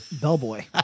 bellboy